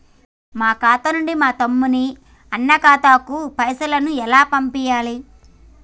మా ఖాతా నుంచి మా తమ్ముని, అన్న ఖాతాకు పైసలను ఎలా పంపియ్యాలి?